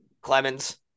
Clemens